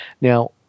Now